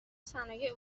صنایع